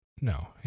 No